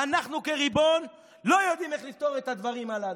ואנחנו כריבון לא יודעים איך לפתור את הדברים הללו.